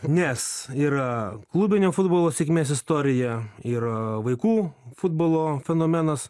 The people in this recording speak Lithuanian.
nes yra klubinio futbolo sėkmės istorija ir vaikų futbolo fenomenas